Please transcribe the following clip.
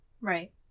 Right